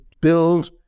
build